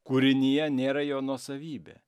kūrinija nėra jo nuosavybė